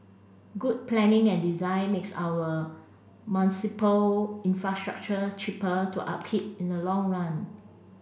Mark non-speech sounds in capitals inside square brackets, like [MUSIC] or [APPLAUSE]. good planning and design makes our [UNINTELLIGIBLE] infrastructure cheaper to upkeep in the long run